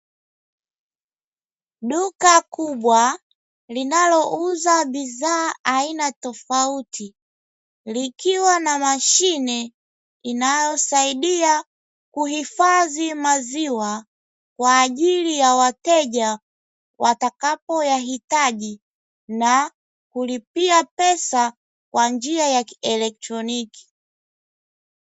Duka kubwa linalouza bidhaa aina tofauti, likiwa na mashine inayosaidia kuhifadhi maziwa kwa ajili ya wateja watakapoyahitaji, na kulipia pesa kwa njia ya kielektroniki.